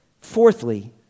Fourthly